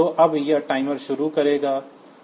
तो अब यह टाइमर शुरू करेगा